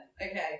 Okay